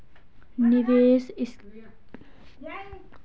निवेश के लिए कौन कौनसी स्कीम हैं?